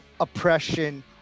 oppression